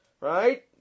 right